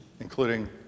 including